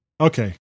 okay